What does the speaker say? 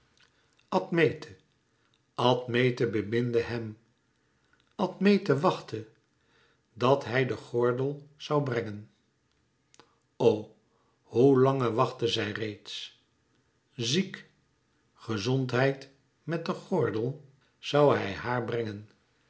admete admete beminde hèm admete wachtte dat hij den gordel zoû brengen o hoe lange wachtte zij reeds ziek gezondheid met den gordel zoû hij haar brengen